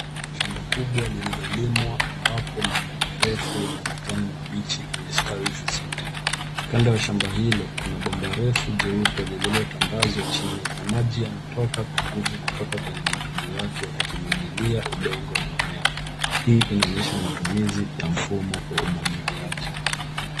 Kuna shamba kubwa lilolimwa ambapo mimea mirefu yenye majani mabichi imestawi vizuri. Kando ya shamba hilo kuna bomba refu jeupe lilotandazwa chini na maji yanatoka kwa nguvu kutoka kwenye matundu yake yakimwagilia udongo na mimea. Hii inaonyesha matumizi ya mfumo wa umwagiliaji